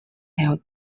have